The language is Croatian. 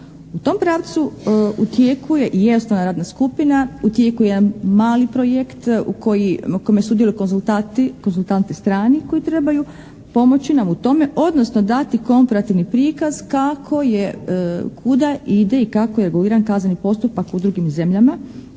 U tom pravcu u tijeku je …/Govornik se ne razumije./… radna skupina, u tijeku je jedan mali projekt u kojem sudjeluju konzultanti strani koji trebaju pomoći nam u tome odnosno dati komparativni prikaz kuda ide i kakko je reguliran kazneni postupak u drugim zemljama